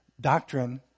doctrine